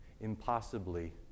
impossibly